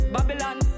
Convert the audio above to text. Babylon